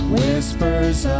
whispers